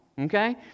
Okay